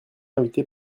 invité